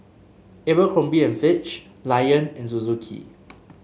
Abercrombie and Fitch Lion and Suzuki